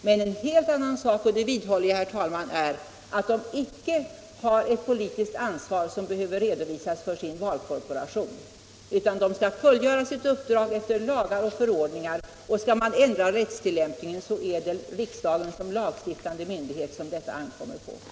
Men en helt annan sak, det vidhåller jag, herr talman, är att de icke har ett politiskt ansvar som behöver redovisas för deras valkorporation. De skall fullgöra sitt uppdrag efter lagar och förordningar, och skall man ändra rättstillämpningen så är det på riksdagen som lagstiftande myndighet detta ankommer.